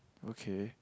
okay